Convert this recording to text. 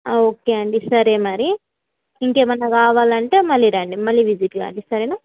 okay అండి సరే మరీ ఇంకేమైనా కావాలంటే మళ్ళీ రండి మళ్ళీ విజిట్ కండి సరేనా